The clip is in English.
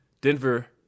Denver